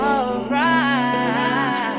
Alright